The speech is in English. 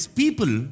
people